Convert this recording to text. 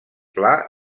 pla